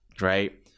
right